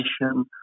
innovation